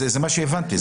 זה מה שהבנתי.